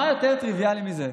מה יותר טריוויאלי מזה?